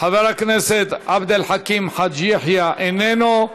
חבר הכנסת עבד אל חכים חאג' יחיא איננו.